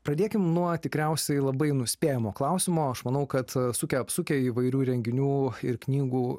pradėkime nuo tikriausiai labai nuspėjamo klausimo aš manau kad sukę apsukę įvairių renginių ir knygų